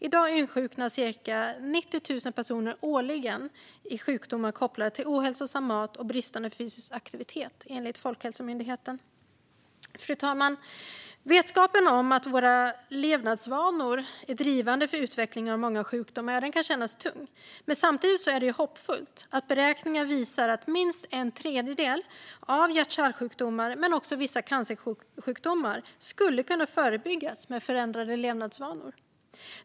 I dag insjuknar cirka 90 000 personer årligen i sjukdomar kopplade till ohälsosam mat och bristande fysisk aktivitet, enligt Folkhälsomyndigheten. Fru talman! Vetskapen att våra levnadsvanor är drivande i utvecklingen av många sjukdomar kan kännas tung. Samtidigt är det hoppfullt att beräkningar visar att minst en tredjedel av hjärt-kärlsjukdomarna och även vissa cancersjukdomar skulle kunna förebyggas med förändrade levnadsvanor.